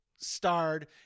Starred